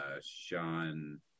sean